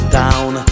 down